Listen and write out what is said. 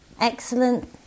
excellent